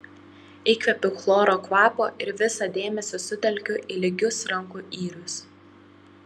įkvepiu chloro kvapo ir visą dėmesį sutelkiu į lygius rankų yrius